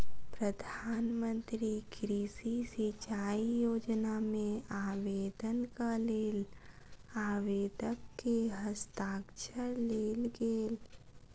प्रधान मंत्री कृषि सिचाई योजना मे आवेदनक लेल आवेदक के हस्ताक्षर लेल गेल